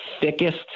thickest